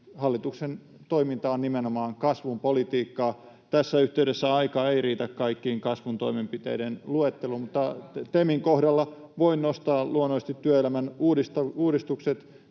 Hallituksen toiminta on nimenomaan kasvun politiikkaa. Tässä yhteydessä aika ei riitä kaikkiin kasvun toimenpiteiden luetteluun [Niina Malm: Työttömyyden kasvu!], mutta TEMin kohdalla voin nostaa luonnollisesti työelämän uudistukset,